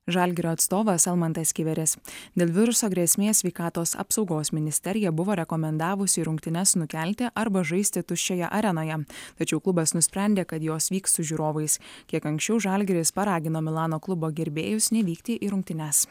žalgirio atstovas almantas kiveris dėl viruso grėsmės sveikatos apsaugos ministerija buvo rekomendavusi rungtynes nukelti arba žaisti tuščioje arenoje tačiau klubas nusprendė kad jos vyks su žiūrovais kiek anksčiau žalgiris paragino milano klubo gerbėjus nevykti į rungtynes